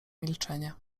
milczenie